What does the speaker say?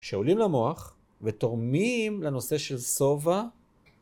שעולים למוח ותורמים לנושא של שובע.